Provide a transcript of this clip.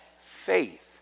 faith